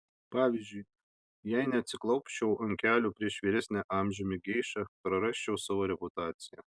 pavyzdžiui jei neatsiklaupčiau ant kelių prieš vyresnę amžiumi geišą prarasčiau savo reputaciją